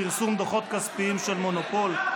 פרסום דוחות כספיים של מונופול),